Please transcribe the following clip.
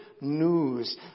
news